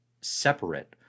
separate